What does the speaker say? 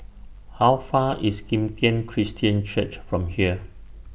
How Far IS Kim Tian Christian Church from here